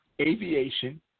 aviation